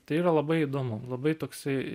tai yra labai įdomu labai toksai